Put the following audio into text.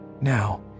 now